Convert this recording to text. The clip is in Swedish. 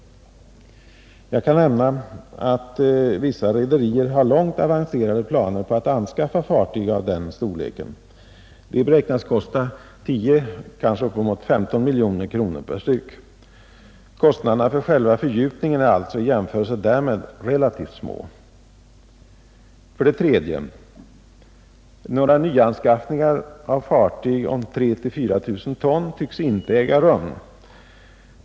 Jag kan nämna att vissa rederier har långt avancerade planer på att anskaffa fartyg av denna storlek. De beräknas kosta 10, kanske upp mot 15 miljoner kronor per styck. Kostnaderna för själva fördjupningen är alltså i jämförelse därmed relativt små. 3. Några nyanskaffningar av fartyg om 3 000—4 000 ton tycks inte äga rum.